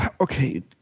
okay